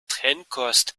trennkost